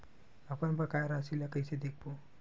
अपन बकाया राशि ला कइसे देखबो?